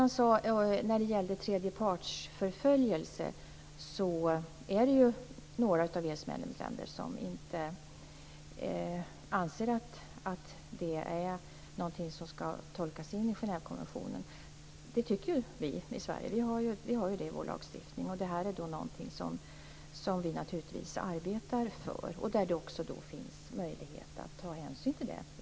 När det gäller tredjepartsförföljelse är det som jag redan sade några av EU:s medlemsländer som inte anser att det ska tolkas in i Genèvekonventionen. Det tycker vi i Sverige. Vi har det i vår lagstiftning. Det är något som vi naturligtvis arbetar för och där det också finns möjlighet att ta hänsyn till det.